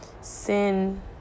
Sin